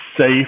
safe